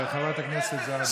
תודה רבה, חברת הכנסת זועבי.